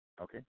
Okay